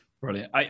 Brilliant